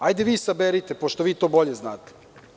Hajde vi to saberite, pošto vi to bolje znate.